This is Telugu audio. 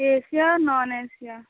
Asia non Asia